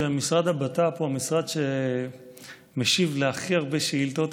שמשרד הבט"פ הוא המשרד שמשיב להכי הרבה שאילתות,